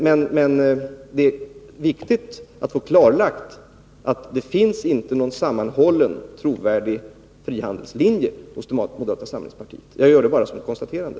Men det är viktigt att få klarlagt att det inte finns någon sammanhållen trovärdig frihandelslinje hos moderata samlingspartiet. Jag gör bara detta konstaterande.